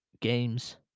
games